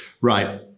right